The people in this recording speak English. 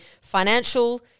financial